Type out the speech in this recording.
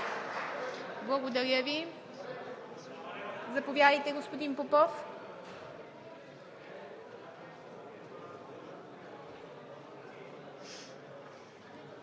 Благодаря Ви. Заповядайте, господин Попов.